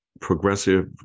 progressive